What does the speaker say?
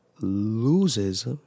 loses